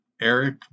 Eric